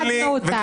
כיבדנו אותם.